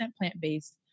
plant-based